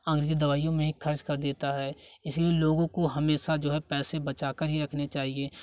अंग्रेजी दवाइयों में खर्च कर देता है इसलिए लोगों को हमेशा जो है पैसे बचाकर ही रखने चाहिए